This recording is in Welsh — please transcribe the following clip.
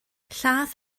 llaeth